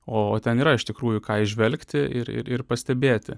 o ten yra iš tikrųjų ką įžvelgti ir ir pastebėti